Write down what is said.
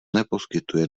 neposkytuje